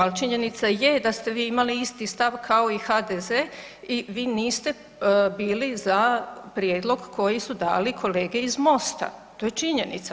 Al činjenica je da ste vi imali isti stav kao i HDZ i vi niste bili za prijedlog koji su dali kolege iz MOST-a, to je činjenica.